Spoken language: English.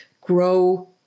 grow